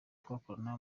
twakorana